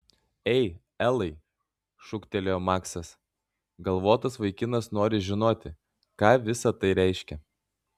ei elai šūktelėjo maksas galvotas vaikinas nori žinoti ką visa tai reiškia